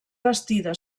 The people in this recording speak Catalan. bastida